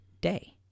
day